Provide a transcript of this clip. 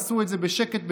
עשו את זה בשקט בשקט,